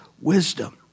wisdom